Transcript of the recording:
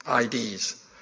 IDs